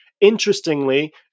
Interestingly